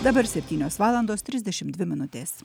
dabar septynios valandos trisdešimt dvi minutės